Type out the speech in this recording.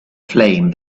flame